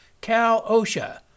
Cal-OSHA